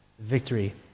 Victory